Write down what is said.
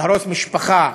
להרוס משפחה,